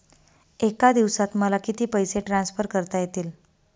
एका दिवसात मला किती पैसे ट्रान्सफर करता येतील?